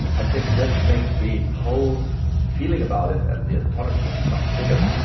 i think this makes the whole feeling about it and the astonishment much bigger.